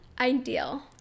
ideal